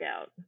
out